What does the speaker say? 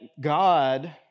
God